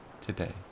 today